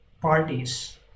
parties